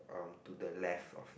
um to the left of it